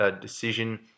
decision